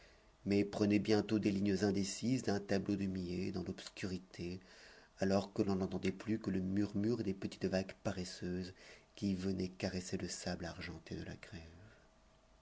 mais prenait bientôt des lignes indécises d'un tableau de millet dans l'obscurité alors que l'on n'entendait plus que le murmure des petites vagues paresseuses qui venaient caresser le sable argenté de la grève